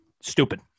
Stupid